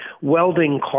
welding